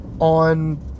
on